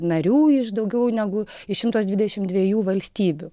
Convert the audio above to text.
narių iš daugiau negu iš šimto dvidešimt dviejų valstybių